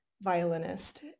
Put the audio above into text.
violinist